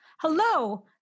Hello